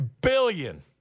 billion